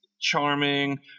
charming